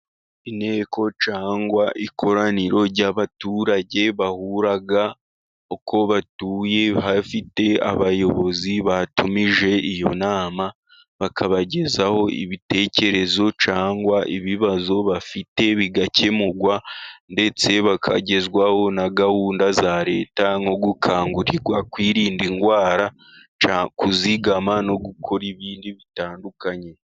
Inteko cyangwa ikoraniro ry'abaturage, bahura uko batuye, bafite abayobozi batumije iyo nama, bakabagezaho ibitekerezo cyangwa, ibibazo bafite bigakemurwa ndetse bakagezwaho, na gahunda za Leta, nko gukangurirwa kwirinda indwara, cyangw kuzigama no gukora ibindi bitandukanye.